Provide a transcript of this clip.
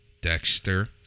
Dexter